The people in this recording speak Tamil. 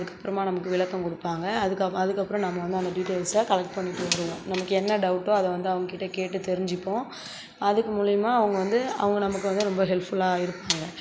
அவங்க அதுக்கப்புறமா நமக்கு விளக்கம் கொடுப்பாங்க அதுக் அதுக்கு அதுக்கப்புறம் நம்ம வந்து அந்த டீடைல்ஸை கலெக்ட் பண்ணிகிட்டு வந்துடுவோம் நமக்கு என்ன டவுட்டோ அதை வந்து அவங்ககிட்ட கேட்டு தெரிஞ்சுப்போம் அதுக்கு மூலிமா அவங்க வந்து அவங்க நமக்கு வந்து ரொம்ப ஹெல்ப்ஃபுல்லாக இருப்பாங்க